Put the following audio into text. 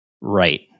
Right